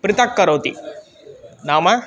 पृथक्करोति नाम